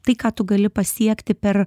tai ką tu gali pasiekti per